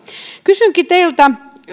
kysynkin teiltä